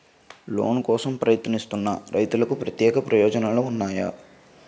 Loan కోసం ప్రయత్నిస్తున్న రైతులకు ప్రత్యేక ప్రయోజనాలు ఉన్నాయా?